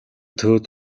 төвд